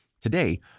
Today